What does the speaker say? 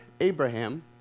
Abraham